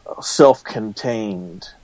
self-contained